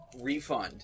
refund